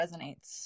resonates